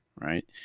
right